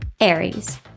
Aries